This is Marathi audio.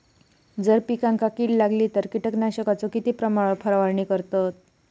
जर पिकांका कीड लागली तर कीटकनाशकाचो किती प्रमाणावर फवारणी करतत?